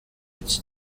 iki